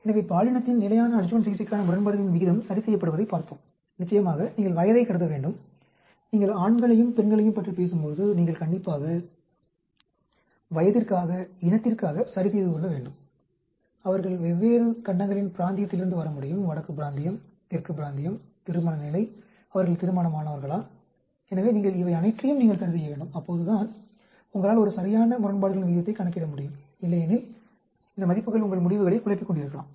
எனவே பாலினத்தின் நிலையான அட்ஜுவன்ட் சிகிச்சைக்கான முரண்பாடுகளின் விகிதம் சரிசெய்யப்படுவதைப் பார்த்தோம் நிச்சயமாக நீங்கள் வயதைக் கருத வேண்டும் நீங்கள் ஆண்களையும் பெண்களையும் பற்றி பேசும்போது நீங்கள் கண்டிப்பாக வயதிற்காக இனத்திற்காக சரிசெய்துகொள்ள வேண்டும் அவர்கள் வெவ்வேறு கண்டங்களின் பிராந்தியத்திலிருந்து வர முடியும் வடக்கு பிராந்தியம் தெற்கு பிராந்தியம் திருமண நிலை அவர்கள் திருமணமானவர்களா எனவே நீங்கள் இவையனைற்றையும் நீங்கள் சரிசெய்ய வேண்டும் அப்போதுதான் உங்களால் ஒரு சரியான முரண்பாடுகளின் விகிதத்தை கணக்கிட முடியும் இல்லையெனில் இந்த மதிப்புகள் உங்கள் முடிவுகளை குழப்பிக் கொண்டிருக்கலாம்